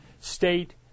state